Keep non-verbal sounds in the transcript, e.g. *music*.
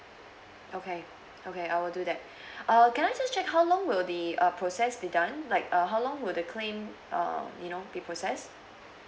okay okay I will do that *breath* err can I just check how long will the uh process be done like uh how long will the claim err you know be process